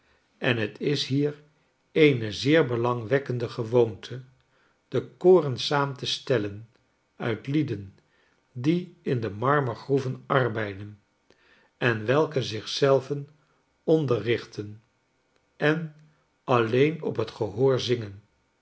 en het is hier eene zeer belangwekkende gewoonte de koren saam te stellen uit lieden die in de marmergroeven arbeiden en welke zich zelven onderrichten en alleen op het